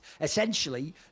Essentially